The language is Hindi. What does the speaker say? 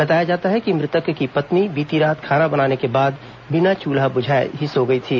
बताया जाता है कि मृतक की पत्नी बीती रात खाना बनाने के बाद बिना चूल्हा बुझाए ही सो गई थी